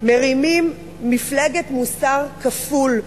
מפלגת מוסר כפול,